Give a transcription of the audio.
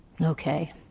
Okay